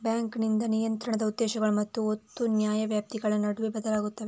bank ನಿಯಂತ್ರಣದ ಉದ್ದೇಶಗಳು ಮತ್ತು ಒತ್ತು ನ್ಯಾಯವ್ಯಾಪ್ತಿಗಳ ನಡುವೆ ಬದಲಾಗುತ್ತವೆ